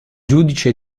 giudice